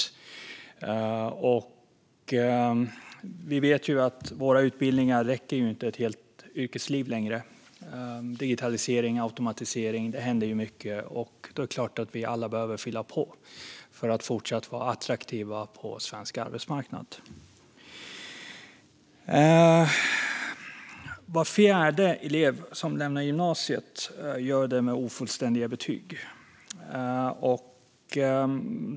Vi vet ju att våra utbildningar inte längre räcker ett helt yrkesliv. Det händer mycket inom digitalisering och automatisering, och då är det klart att vi alla behöver fylla på för att fortsatt vara attraktiva på svensk arbetsmarknad. Var fjärde elev som lämnar gymnasiet gör det med ofullständiga betyg.